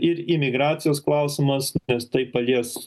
ir imigracijos klausimas nes tai palies